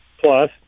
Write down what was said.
Plus